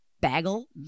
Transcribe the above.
Bagel